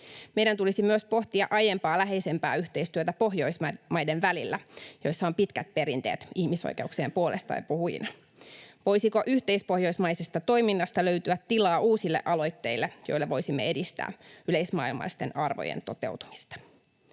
Meidän tulisi myös pohtia aiempaa läheisempää yhteistyötä Pohjoismaiden välillä, joissa on pitkät perinteet ihmisoikeuksien puolestapuhujina. Voisiko yhteispohjoismaisesta toiminnasta löytyä tilaa uusille aloitteille, joilla voisimme edistää yleismaailmallisten arvojen toteutumista?